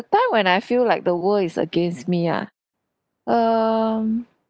time when I feel like the world is against me ah um